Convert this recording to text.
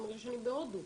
אני מרגישה שאני בהודו.